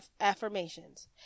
affirmations